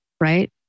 right